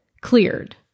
cleared